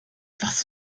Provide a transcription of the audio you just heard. was